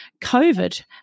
COVID